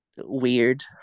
weird